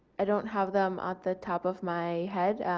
i don't have them at the top of my head